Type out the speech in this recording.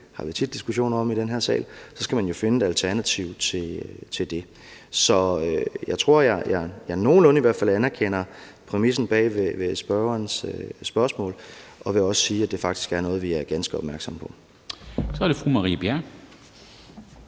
har vi tit diskussioner om i den her sal – så skal man jo finde et alternativ til det. Jeg tror, at jeg nogenlunde anerkender præmissen for spørgerens spørgsmål, og jeg vil også sige, at det faktisk er noget, vi er ganske opmærksomme på. Kl. 10:32 Formanden